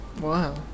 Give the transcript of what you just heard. Wow